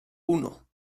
uno